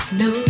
no